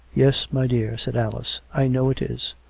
yes, my dear, said alice. i know it is.